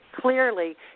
clearly